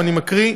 ואני מקריא,